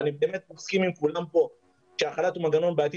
ואני מסכים עם כולם פה שהחל"ת הוא מנגנון בעייתי,